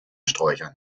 sträuchern